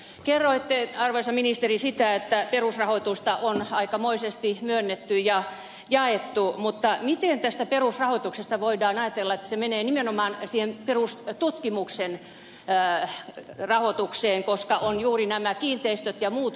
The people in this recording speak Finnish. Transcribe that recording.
kerroitte arvoisa ministeri että perusrahoitusta on aikamoisesti myönnetty ja jaettu mutta miten tästä perusrahoituksesta voidaan ajatella että se menee nimenomaan siihen perustutkimuksen rahoitukseen koska on juuri nämä kiinteistöt ja muut kulut